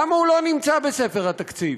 למה הוא לא נמצא בספר התקציב?